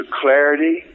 clarity